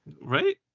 Right